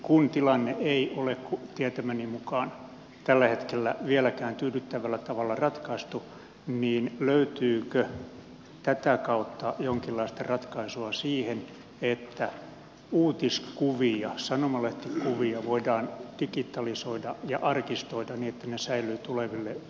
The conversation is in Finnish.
kun tilanne ei ole tietämäni mukaan tällä hetkellä vieläkään tyydyttävällä tavalla ratkaistu niin löytyykö tätä kautta jonkinlaista ratkaisua siihen että uutiskuvia sanomalehtikuvia voidaan digitalisoida ja arkistoida niin että ne säilyvät tuleville polville